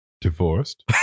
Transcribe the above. Divorced